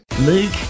Luke